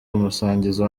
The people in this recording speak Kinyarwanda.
umusangiza